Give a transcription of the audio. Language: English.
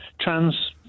trans